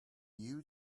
you